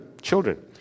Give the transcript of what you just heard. Children